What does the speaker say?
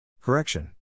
Correction